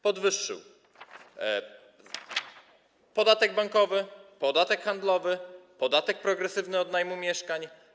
Podwyższył podatek bankowy, podatek handlowy, podatek progresywny od najmu mieszkań.